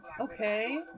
Okay